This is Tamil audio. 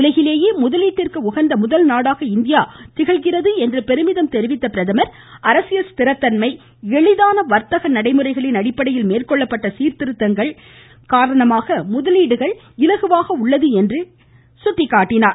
உலகிலேயே முதலீட்டிற்கு உகந்த முதல் நாடாக இந்தியா திகழ்வதாக பெருமிதம் தெரிவித்த அவர் அரசியல் ஸ்திரத்தன்மை எளிதான வர்த்தக நடைமுறைகளின் அடிப்படையில் மேற்கொள்ளப்பட்ட சீர்திருத்தங்கள் காரணமாக முதலீடுகள் இலகுவாக உள்ளது என்று சுட்டிக்காட்டினார்